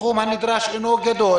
הסכום הנדרש אינו גדול